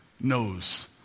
knows